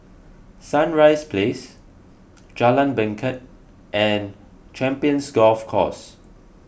Sunrise Place Jalan Bangket and Champions Golf Course